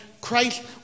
Christ